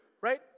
right